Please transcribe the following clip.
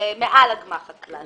זה מעל הגמ"ח הקלאסי.